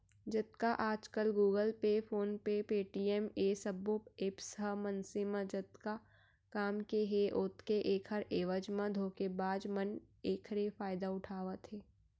जतका आजकल Google Pay, PhonePe, Paytm ए सबो ऐप्स ह मनसे म जतका काम के हे ओतके ऐखर एवज म धोखेबाज मन एखरे फायदा उठावत हे